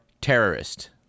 terrorist